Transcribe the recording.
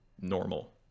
normal